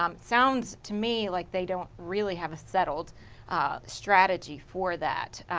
um sounds to me like they don't really have a settled strategy for that.